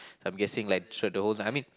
s~ I'm guessing like throughout the whole I mean